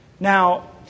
Now